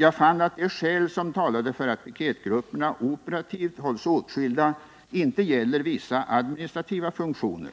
Jag fann att de skäl som talade för att piketgrupperna operativt hålls åtskilda inte gäller vissa administrativa funktioner.